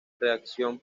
reacción